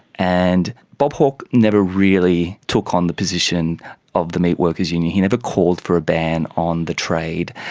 and bob hawke never really took on the position of the meatworkers union, he never called for a ban on the trade.